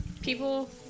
people